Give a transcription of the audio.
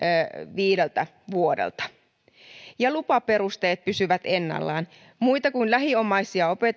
viideltä vuodelta lupaperusteet pysyvät ennallaan muita kuin lähiomaisia